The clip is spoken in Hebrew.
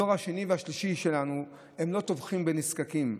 הדור השני והשלישי שלנו הם לא תומכים בנזקקים,